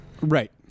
Right